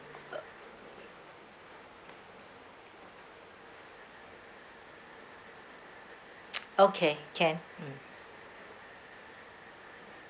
okay can